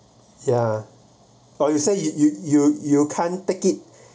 ya but you say you you you you can't take it